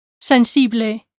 sensible